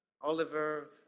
Oliver